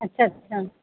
अच्छा अच्छा